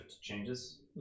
changes